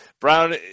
Brown